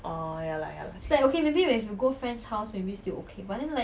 orh ya lah ya lah